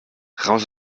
raus